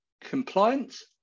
compliance